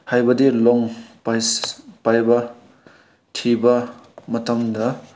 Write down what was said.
ꯍꯥꯏꯕꯗꯤ ꯂꯣꯟ ꯄꯥꯏꯕ ꯊꯤꯕ ꯃꯇꯝꯗ